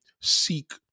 seek